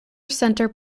center